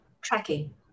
tracking